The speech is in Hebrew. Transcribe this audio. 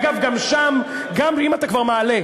אגב, גם שם, אם אתה כבר מעלה,